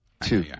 Two